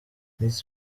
miss